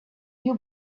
you